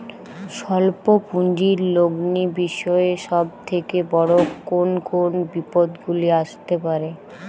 স্বল্প পুঁজির লগ্নি বিষয়ে সব থেকে বড় কোন কোন বিপদগুলি আসতে পারে?